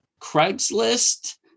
Craigslist